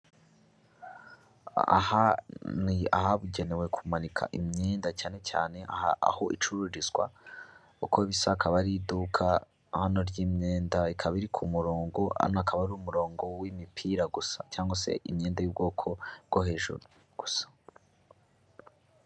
Aha ni ahabugenewe kumanika imyenda cyane cyane aho icururizwa, uko bisa akaba ari iduka hano ry'imyenda, ikaba iri ku murongo, hano akaba ari umurongo w'imipira gusa cyangwa se imyenda y'ubwoko bwo hejuru gusa.